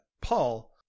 Paul